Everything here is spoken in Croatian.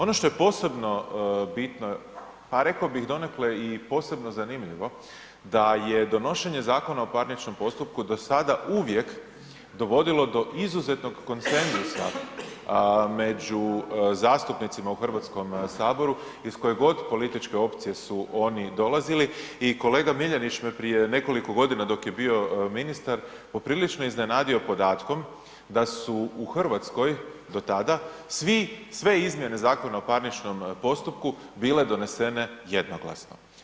Ono što je posebno bitno, a reko bih donekle i posebno zanimljivo da je donošenje Zakon o parničnom postupku do sad uvijek dovodilo do izuzetnog konsenzusa među zastupnicima u Hrvatskom saboru iz koje god političke opcije su oni dolazili i kolega Miljenić me prije nekoliko godina dok je bio ministar poprilično iznenadio podatkom da su u Hrvatskoj do tada, svi, sve izmjene zakona o parničnom postupku bile donesene jednoglasno.